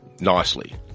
Nicely